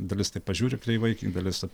dalis taip pažiūri kreivai dalis